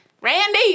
Randy